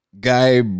guy